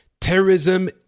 terrorism